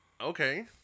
Okay